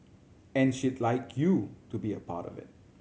and she'd like you to be a part of it